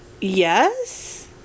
Yes